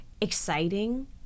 exciting